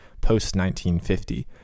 post-1950